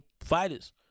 fighters